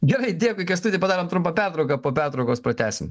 gerai dėkui kęstuti padarom trumpą pertrauką po pertraukos pratęsim